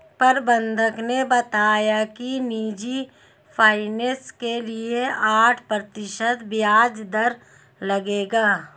प्रबंधक ने बताया कि निजी फ़ाइनेंस के लिए आठ प्रतिशत ब्याज दर लगेगा